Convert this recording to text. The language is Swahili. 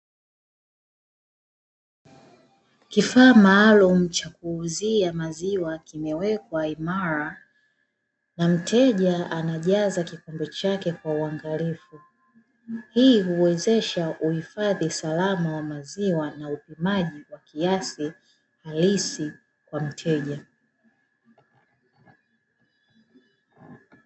Kifaa maalumu cha kuuzia maziwa kimewekwa imara na mteja anajaza kikombe chake kwa uangalifu, hii huwezesha uhifadhi salama wa maziwa na upimaji wa kiasi halisi kwa mteja.